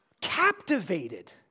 captivated